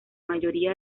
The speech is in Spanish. mayoría